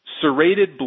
Serrated